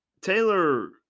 taylor